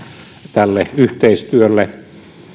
tälle yhteistyölle